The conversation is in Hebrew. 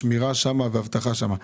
השמירה שם והאבטחה שם.